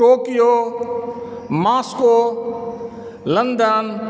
Tokyo Moscow London